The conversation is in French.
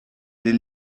les